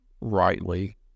rightly